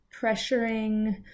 pressuring